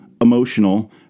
emotional